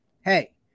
hey